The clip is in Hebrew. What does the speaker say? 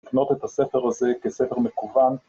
לקנות את הספר הזה כספר מקוון